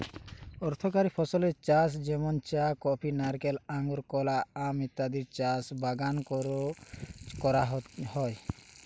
অর্থকরী ফসলের চাষ যেমন চা, কফি, নারকেল, আঙুর, কলা, আম ইত্যাদির চাষ বাগান কোরে করা হয়